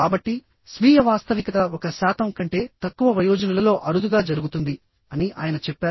కాబట్టి స్వీయ వాస్తవికత ఒక శాతం కంటే తక్కువ వయోజనులలో అరుదుగా జరుగుతుంది అని ఆయన చెప్పారు